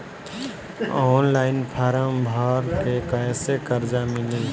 Online form भर के कैसे कर्जा मिली?